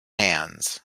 hands